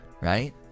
right